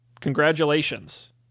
Congratulations